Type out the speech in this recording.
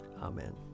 Amen